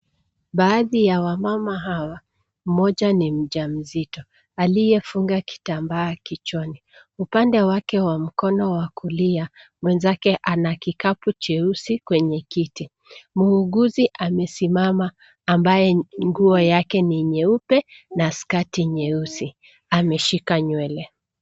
Baadhi ya wamama hawa, mmoja ni mjamzito aliyefunga kitambaa kichwani. Upande wake wa mkono wa kulia mwenzake ana kikapu cheusi kwenye kiti. Muuguzi amesimama ambaye nguo yake ni nyeupe na sketi nyeusi, ameshika nywele.